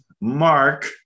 Mark